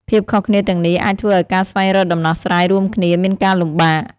ភាពខុសគ្នាទាំងនេះអាចធ្វើឱ្យការស្វែងរកដំណោះស្រាយរួមគ្នាមានការលំបាក។